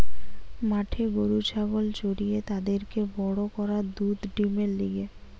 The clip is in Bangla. মাঠে গরু ছাগল চরিয়ে তাদেরকে বড় করা দুধ ডিমের লিগে